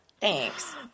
thanks